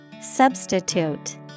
Substitute